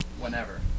whenever